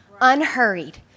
unhurried